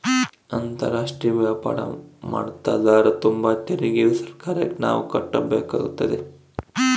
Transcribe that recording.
ಅಂತಾರಾಷ್ಟ್ರೀಯ ವ್ಯಾಪಾರ ಮಾಡ್ತದರ ತುಂಬ ತೆರಿಗೆಯು ಸರ್ಕಾರಕ್ಕೆ ನಾವು ಕಟ್ಟಬೇಕಾಗುತ್ತದೆ